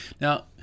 Now